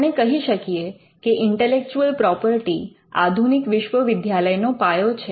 આપણે કહી શકીએ કે ઇન્ટેલેક્ચુઅલ પ્રોપર્ટી આધુનિક વિશ્વવિદ્યાલય નો પાયો છે